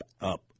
up